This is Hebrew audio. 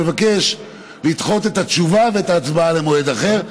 אבקש לדחות את התשובה ואת ההצבעה למועד אחר,